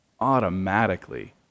automatically